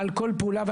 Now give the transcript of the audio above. פעולה.